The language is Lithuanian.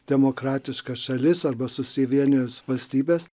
demokratiškas šalis arba susivienijus valstybes